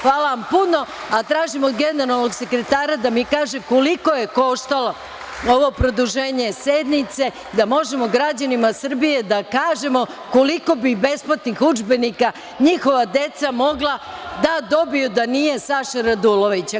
Hvala vam puno, a tražim od generalnog sekretara da mi kaže koliko je koštalo ovo produženje sednice da možemo građanima Srbije da kažemo koliko bi besplatnih udžbenika njihova deca mogla da dobiju da nije Saše Radulovića.